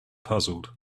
puzzled